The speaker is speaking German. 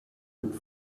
mit